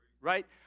Right